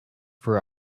for